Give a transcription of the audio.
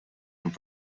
amb